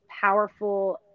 powerful